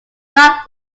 not